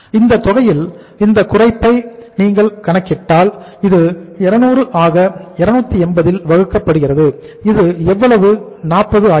இந்த தொகையில் இந்த குறைப்பை நீங்கள் கணக்கிட்டால் இது 200 ஆக 280 ஆல் வகுக்கப்படுகிறது இது எவ்வளவு 40 ஆகிறது